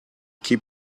keep